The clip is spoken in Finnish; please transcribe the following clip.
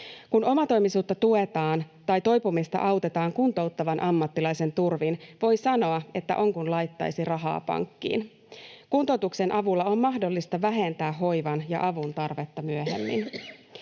Kun omatoimisuutta tuetaan tai toipumista autetaan kuntouttavan ammattilaisen turvin, voi sanoa, että on kuin rahaa laittaisi pankkiin. Kuntoutuksen avulla on mahdollista vähentää hoivan ja avun tarvetta myöhemmin.